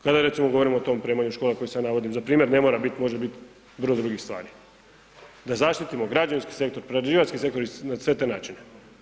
Kada recimo govorimo o tom opremanju škola koje sad navodim za primjer, ne mora bit, može bit … [[Govornik se ne razumije]] drugih stvari, da zaštitimo građevinski sektor, prerađivački sektor na sve te načine.